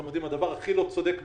אתם יודעים, הדבר הכי לא צודק בישראל,